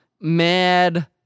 mad